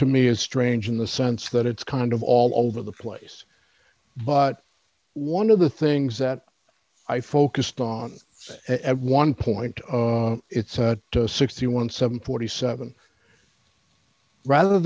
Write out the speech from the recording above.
to me is strange in the sense that it's kind of all over the place but one of the things that i focused on and one point of it's sixty one some forty seven rather